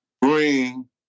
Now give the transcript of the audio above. bring